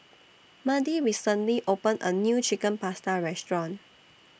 Madie recently opened A New Chicken Pasta Restaurant